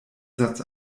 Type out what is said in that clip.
satz